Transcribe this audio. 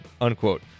unquote